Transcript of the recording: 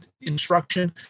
instruction